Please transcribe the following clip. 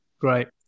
Great